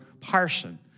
Parson